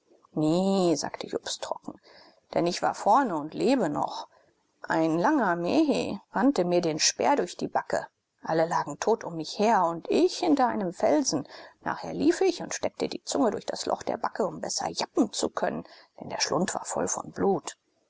nee sagte jobst trocken denn ich war vorne und lebe noch ein langer mhehe rannte mir den speer durch die backe alle lagen tot um mich her und ich hinter einem felsen nachher lief ich und steckte die zunge durch das loch der backe um besser jappen zu können denn der schlund war voll von blut